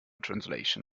translation